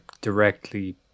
directly